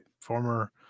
former